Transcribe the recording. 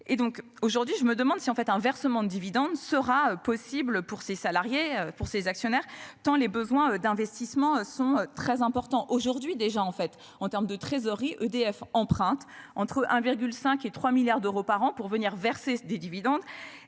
Et donc aujourd'hui je me demande si en fait un versement de dividende sera possible pour ces salariés pour ses actionnaires tant les besoins d'investissement sont très importants aujourd'hui déjà en fait en terme de trésorerie EDF emprunte entre 1,5 et 3 milliards d'euros par an pour venir verser des dividendes